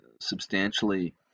substantially